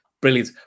brilliant